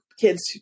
kids